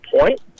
point